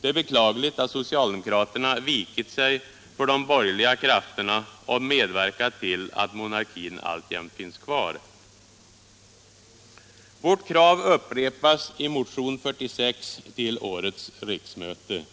Det är beklagligt att socialdemokraterna böjt sig för de borgerliga krafterna och medverkat till att monarkin alltjämt finns kvar. Vårt krav upprepas i motionen 46 till årets riksmöte.